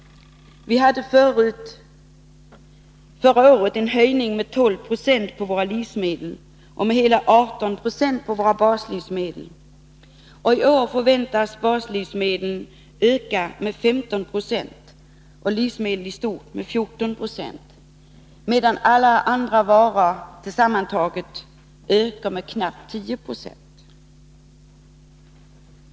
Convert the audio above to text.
Vi fick förra året en höjning med 12 26 av priserna på våra livsmedel och med hela 18 26 av priserna på våra baslivsmedel. I år förväntas baslivsmedlens priser öka med 15 96 och livsmedelspriserna i stort med 14 26, medan alla andra varupriser tillsammantaget beräknas öka med knappt 10 96.